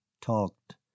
talked